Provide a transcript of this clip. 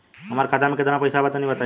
हमरा खाता मे केतना पईसा बा तनि बताईं?